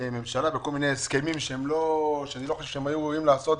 ממשלה בכל מיני הסכמים שאני לא חושב שהיו ראויים לעשות,